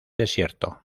desierto